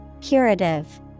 Curative